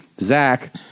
Zach